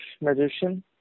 magician